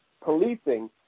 policing